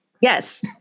Yes